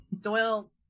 Doyle